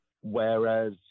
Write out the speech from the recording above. Whereas